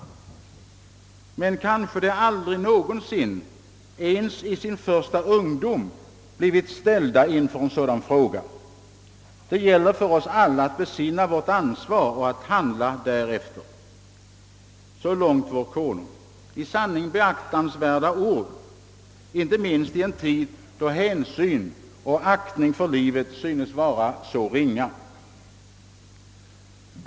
Men kanske de aldrig någonsin ens i sin första ungdom blivit ställda inför en sådan fråga. Det gäller för oss alla att besinna vårt ansvar och handla därefter.» I sanning beaktansvärda ord, inte minst i en tid då hänsyn och aktning för livet synes vara så ringa.